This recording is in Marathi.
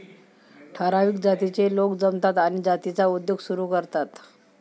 ठराविक जातीचे लोक जमतात आणि जातीचा उद्योग सुरू करतात